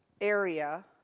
area